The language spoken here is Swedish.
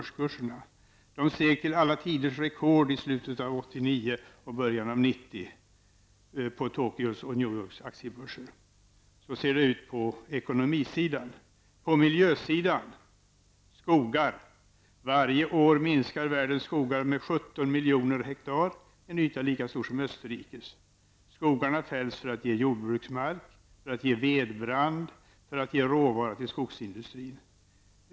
Steg till ett alla tiders rekord i slutet av 1989 och början av 1990 på Tokyos och New Yorks aktiebörser. Varje år minskar världens skogar med omkring 17 miljoner hektar, en yta lika stor som Österrikes. Skogarna fälls för att ge jordbruksmark, vedbrand och som råvara till skogsindustrin.